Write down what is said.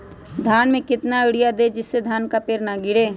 धान में कितना यूरिया दे जिससे धान का पेड़ ना गिरे?